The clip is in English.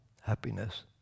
happiness